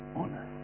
honest